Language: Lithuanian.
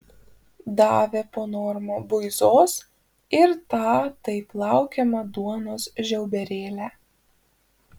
davė po normą buizos ir tą taip laukiamą duonos žiauberėlę